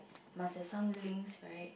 must have some links right